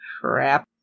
crap